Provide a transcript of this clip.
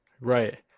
right